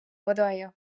водою